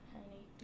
Honey